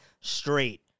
straight